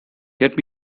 get